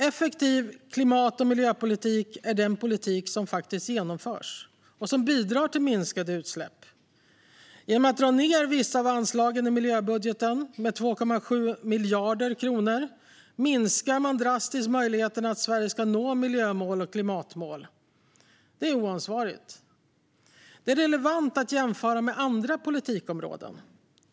Effektiv klimat och miljöpolitik är den politik som faktiskt genomförs och som bidrar till minskade utsläpp. Genom att dra ned på vissa av anslagen i miljöbudgeten med 2,7 miljarder kronor minskar man drastiskt möjligheterna för Sverige att nå miljömål och klimatmål. Det är oansvarigt. Det är relevant att jämföra med andra politikområden.